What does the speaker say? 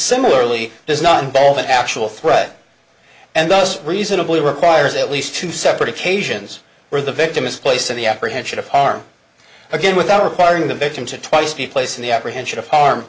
similarly does not involve an actual threat and thus reasonably requires at least two separate occasions where the victim is placed in the apprehension of harm again without requiring the victim to twice be placed in the apprehension of harm